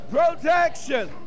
Protection